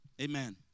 Amen